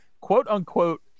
quote-unquote